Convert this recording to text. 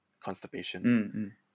constipation